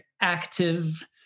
active